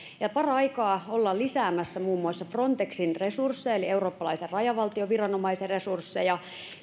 ja paraikaa ollaan lisäämässä muun muassa frontexin eli eurooppalaisen rajavartioviranomaisen resursseja